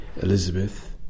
Elizabeth